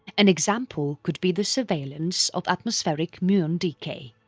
an example could be the surveillance of atmospheric muon decay.